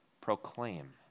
Proclaim